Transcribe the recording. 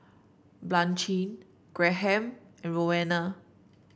Blanchie Graham and Roena